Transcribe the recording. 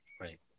Right